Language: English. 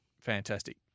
fantastic